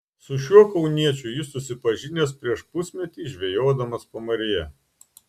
su šiuo kauniečiu jis susipažinęs prieš pusmetį žvejodamas pamaryje